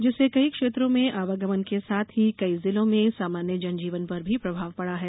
जिससे कई क्षेत्रों में आवागमन के साथ ही कई जिलों में सामान्य जनजीवन पर भी प्रभाव पड़ा है